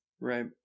Right